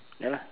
ya lah